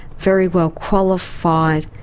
very well qualified,